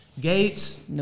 Gates